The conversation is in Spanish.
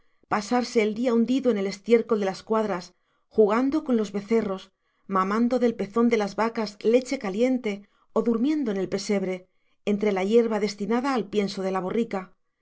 pasarse el día hundido en el estiércol de las cuadras jugando con los becerros mamando del pezón de las vacas leche caliente o durmiendo en el pesebre entre la hierba destinada al pienso de la borrica